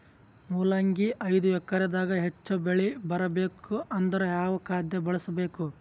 ಮೊಲಂಗಿ ಐದು ಎಕರೆ ದಾಗ ಹೆಚ್ಚ ಬೆಳಿ ಬರಬೇಕು ಅಂದರ ಯಾವ ಖಾದ್ಯ ಬಳಸಬೇಕು?